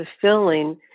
fulfilling